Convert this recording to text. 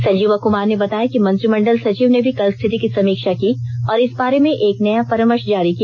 संजीवा कुमार ने बताया कि मंत्रिमंडल सचिव ने भी कल स्थिति की समीक्षा की और इस बारे में एक नया परामर्श जारी किया